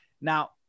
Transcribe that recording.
now